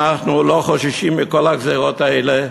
אנחנו לא חוששים מכל הגזירות האלה.